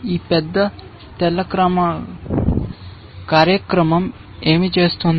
ఈ పేద తెల్ల కార్యక్రమం ఏమి చేస్తుంది